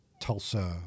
Tulsa-